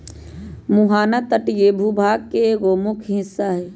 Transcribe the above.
मुहाना तटीय भूभाग के एगो मुख्य हिस्सा हई